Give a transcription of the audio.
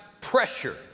pressure